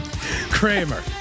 Kramer